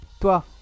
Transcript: toi